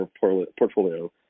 portfolio